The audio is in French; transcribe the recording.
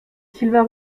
sylvain